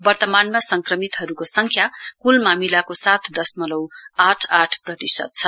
वर्तमान संक्रमितहरुको संख्या कुल मामिलाको सात दशमलउ आठ आठ प्रतिशत छ